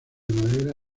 madera